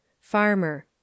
Farmer